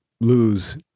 lose